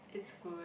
it's good